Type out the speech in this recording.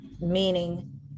meaning